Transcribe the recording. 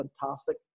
fantastic